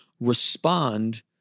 respond